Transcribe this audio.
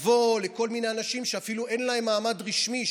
לבוא לכל מיני אנשים שאפילו אין להם מעמד רשמי,